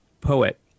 poet